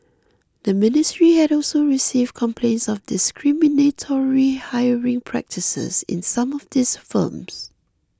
the ministry had also received complaints of discriminatory hiring practices in some of these firms